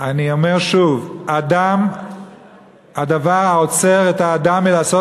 אני אומר שוב: הדבר העוצר את האדם מלעשות